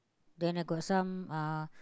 then I got some uh